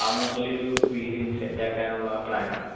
ആ മോഡൽ ഒരു വീട് സെറ്റാക്കാനുള്ള പ്ലാൻ ആണ്